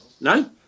No